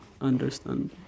understand